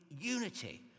unity